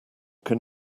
can